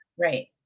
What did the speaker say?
right